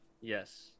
Yes